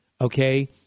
okay